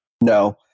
no